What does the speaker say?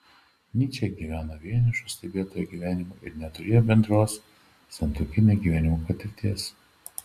nyčė gyveno vienišo stebėtojo gyvenimą ir neturėjo bendros santuokinio gyvenimo patirties